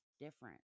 different